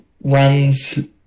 runs